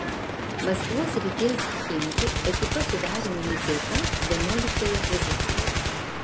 maskvos srities chimki ekipa su dariumi miceika vienuoliktoje pozicijoje